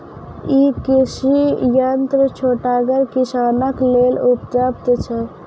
ई कृषि यंत्र छोटगर किसानक लेल उपलव्ध छै?